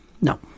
No